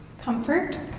Comfort